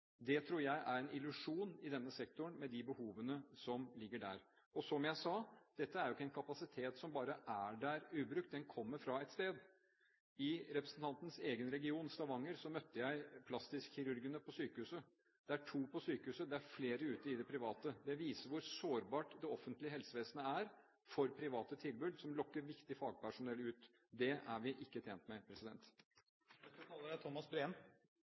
Det tror jeg er en illusjon i denne sektoren, med de behovene som ligger der. Og, som jeg sa: Dette er ikke en kapasitet som bare er der ubrukt, den kommer fra et sted. I representantens egen region, Stavanger, møtte jeg plastikkirurgene på sykehuset. Det er to på sykehuset, det er flere ute i det private. Det viser hvor sårbart det offentlige helsevesenet er for private tilbud, som lokker viktig fagpersonell ut. Det er vi ikke tjent med.